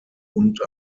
und